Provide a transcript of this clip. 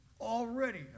already